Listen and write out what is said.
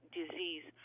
disease